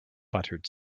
buttered